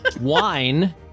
Wine